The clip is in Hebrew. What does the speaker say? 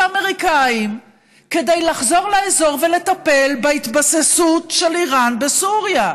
האמריקנים כדי לחזור לאזור ולטפל בהתבססות של איראן בסוריה.